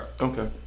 Okay